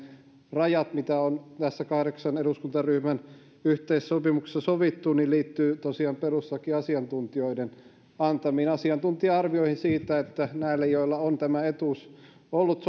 rajat mitä on tässä kahdeksan eduskuntaryhmän yhteissopimuksessa sovittu liittyvät tosiaan perustuslakiasiantuntijoiden antamiin asiantuntija arvioihin siitä että jos heiltä joilla on tämä sopeutumiseläke etuus ollut